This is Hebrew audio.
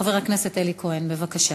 חבר הכנסת אלי כהן, בבקשה.